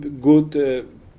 good